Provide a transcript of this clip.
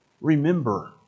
Remember